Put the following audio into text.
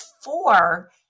four